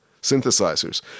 synthesizers